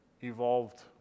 evolved